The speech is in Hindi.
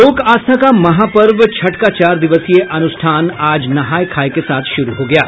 लोक आस्था का महापर्व छठ का चार दिवसीय अनुष्ठान आज नहाय खाय के साथ शुरू हो गया है